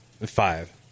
Five